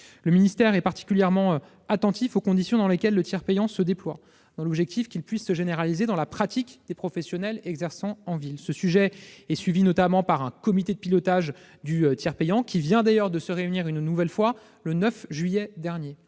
Le ministère est particulièrement attentif aux conditions dans lesquelles le tiers payant se déploie, dans l'objectif qu'il puisse se généraliser dans la pratique des professionnels exerçant en ville. Ce sujet est suivi, notamment, par un comité de pilotage du tiers payant, qui vient d'ailleurs de se réunir, une nouvelle fois, le 9 juillet dernier.